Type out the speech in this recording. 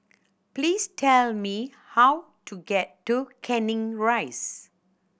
please tell me how to get to Canning Rise